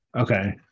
Okay